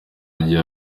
agiye